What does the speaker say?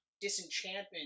Disenchantment